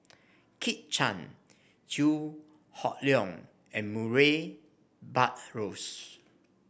Kit Chan Chew Hock Leong and Murray Buttrose